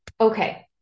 Okay